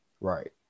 right